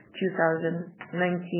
2019